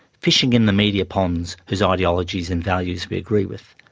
fishing in the media ponds who ideologies and values we agree with,